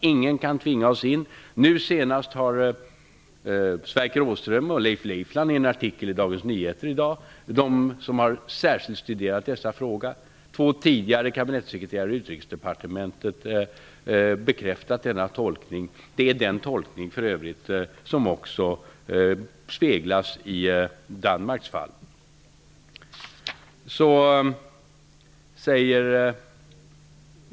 Ingen kan tvinga oss in. Leifland har särskilt studerat dessa frågor, och i en artikel i Dagens Nyheter i dag bekräftar de denna tolkning. Det är för övrigt den tolkningen som också speglas i Danmarks fall.